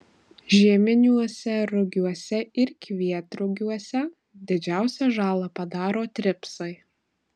žieminiuose rugiuose ir kvietrugiuose didžiausią žalą padaro tripsai